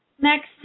next